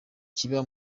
kiba